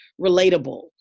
relatable